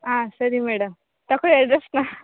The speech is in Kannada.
ಹಾಂ ಸರಿ ಮೇಡಮ್ ತಗೊಳ್ಳಿ ಅಡ್ರೆಸನ್ನ